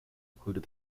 included